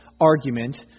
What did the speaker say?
argument